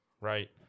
right